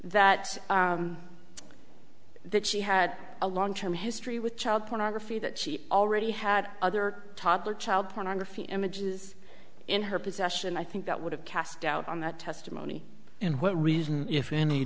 that that she had a long term history with child pornography that she already had other toddler child pornography images in her possession i think that would have cast doubt on that testimony and what reason if any